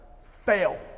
Fail